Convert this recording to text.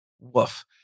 Woof